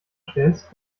stellst